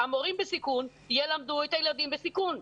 המורים בסיכון ילמדו את הילדים בסיכון,